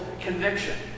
conviction